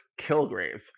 Kilgrave